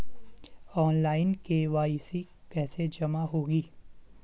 Online KYC कैसे जमा होगी?